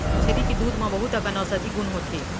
छेरी के दूद म बहुत अकन औसधी गुन होथे